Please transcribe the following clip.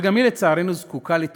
אבל גם היא זקוקה, לצערנו, לתרופות.